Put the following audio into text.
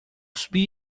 subir